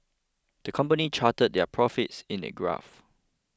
the company charted their profits in a graph